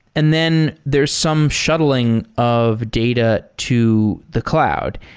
and then there's some shuttling of data to the cloud.